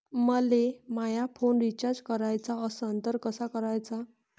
मले माया phone recharge कराचा असन तर कसा कराचा?